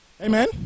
Amen